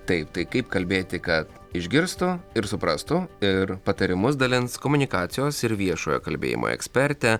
taip tai kaip kalbėti kad išgirstų ir suprastų ir patarimus dalins komunikacijos ir viešojo kalbėjimo ekspertė